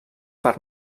per